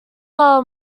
are